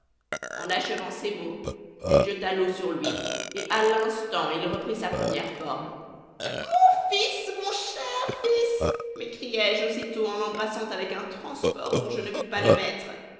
en achevant ces mots elle jeta l'eau sur lui et à l'instant il reprit sa première forme mon fils mon cher fils m'écriai-je aussitôt en l'embrassant avec un transport dont je ne fus pas le maître